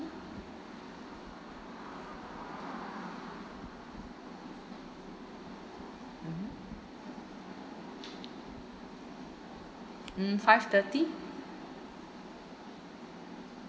mmhmm um five thirty